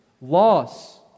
loss